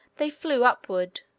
they flew upward,